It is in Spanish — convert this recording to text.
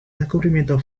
descubrimiento